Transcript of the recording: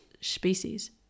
species